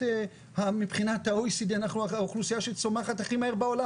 מבחינת ה- OECDאנחנו האוכלוסייה שצומחת הכי מהר בעולם.